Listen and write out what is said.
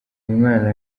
umwana